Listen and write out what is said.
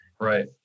Right